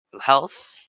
health